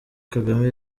kagame